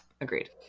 Agreed